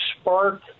spark